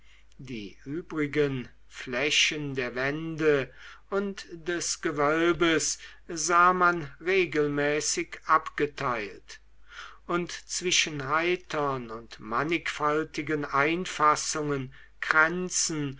die übrigen flächen der wände und des gewölbes sah man regelmäßig abgeteilt und zwischen heitern und mannigfaltigen einfassungen kränzen